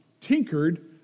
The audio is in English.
tinkered